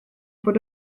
bod